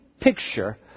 picture